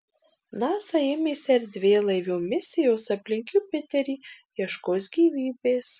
nasa ėmėsi erdvėlaivio misijos aplink jupiterį ieškos gyvybės